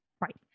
Right